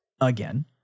again